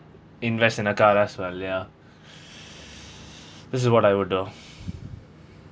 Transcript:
invest in a car that's this is what I would do